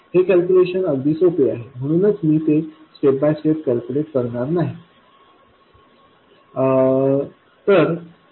हे कॅल्क्युलेशन अगदी सोपे आहे म्हणूनच मी ते स्टेप बाय स्टेप कॅल्क्युलेट करणार नाही जात नाही